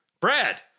Brad